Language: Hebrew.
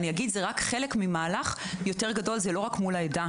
זה רק חלק ממהלך יותר גדול, זה לא רק מול העדה.